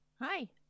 Hi